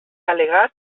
al·legat